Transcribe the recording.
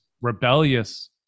rebellious